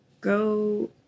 go